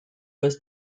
was